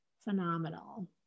phenomenal